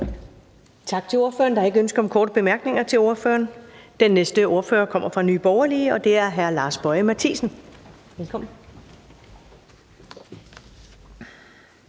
Tak til ordføreren. Der er ikke ønske om korte bemærkninger til ordføreren. Den næste ordfører kommer fra Nye Borgerlige, og det er hr. Lars Boje Mathiesen. Velkommen.